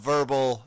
Verbal